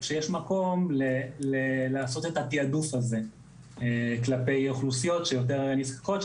יש מקום לעשות את התעדוף הזה כלפי אוכלוסיות שיותר נזקקות,